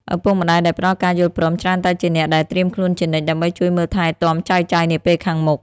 ឪពុកម្ដាយដែលផ្ដល់ការយល់ព្រម ច្រើនតែជាអ្នកដែលត្រៀមខ្លួនជានិច្ចដើម្បីជួយមើលថែទាំចៅៗនាពេលខាងមុខ។